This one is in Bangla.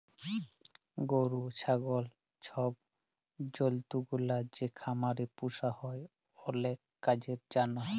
গরু, ছাগল ছব জল্তুগুলা যে খামারে পুসা হ্যয় অলেক কাজের জ্যনহে